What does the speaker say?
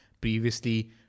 previously